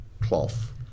cloth